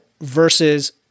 versus